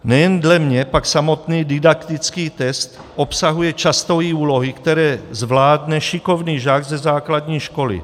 Nejen dle mě pak samotný didaktický test obsahuje často i úlohy, které zvládne šikovný žák ze základní školy.